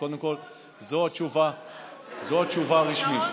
זו התשובה הרשמית.